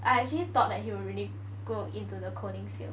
I actually thought that he will really go into the coding field